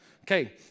Okay